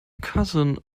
cousin